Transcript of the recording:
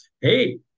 hey